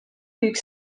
büyük